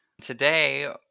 Today